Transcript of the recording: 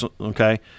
Okay